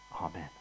Amen